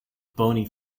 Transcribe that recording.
bony